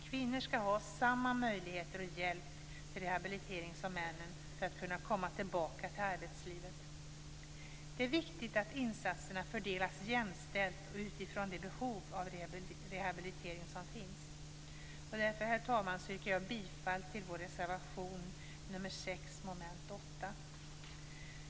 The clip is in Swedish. Kvinnor skall ha samma möjligheter och få samma hjälp till rehabilitering som männen för att kunna komma tillbaka till arbetslivet. Det är viktigt att insatserna fördelas jämställt och utifrån det behov av rehabilitering som finns. Därför, herr talman, yrkar jag bifall till vår reservation nr 6 under mom. 8.